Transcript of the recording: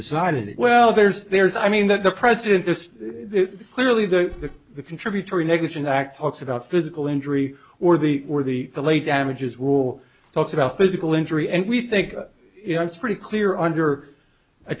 decided well there's there's i mean that the president this clearly the contributory negligent act talks about physical injury or the or the delayed damages rule talks about physical injury and we think it's pretty clear under a